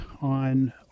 on